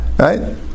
Right